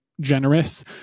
generous